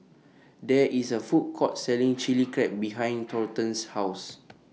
There IS A Food Court Selling Chili Crab behind Thornton's House